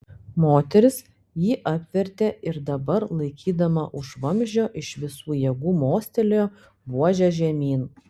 moteris jį apvertė ir dabar laikydama už vamzdžio iš visų jėgų mostelėjo buože žemyn